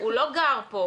הוא לא גר פה,